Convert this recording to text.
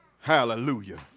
Hallelujah